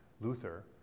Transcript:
Luther